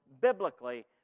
biblically